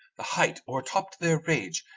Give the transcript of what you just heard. the height o'ertopped their rage,